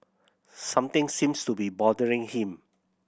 something seems to be bothering him